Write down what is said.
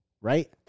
Right